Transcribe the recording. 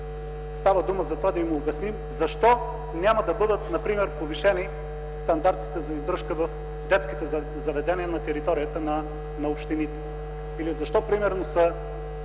става дума за това да им обясним защо няма да бъдат повишени например стандартите за издръжка в детските заведения на територията на общините; или защо примерно са